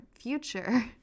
future